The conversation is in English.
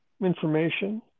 information